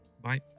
Bye